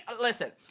Listen